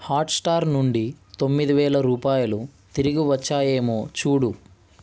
Hotstar నుండి తొమ్మిది వేలరూపాయలు తిరిగివచ్చాయేమో చూడు